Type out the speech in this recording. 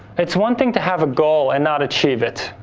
it's one thing to have a goal and not achieve it.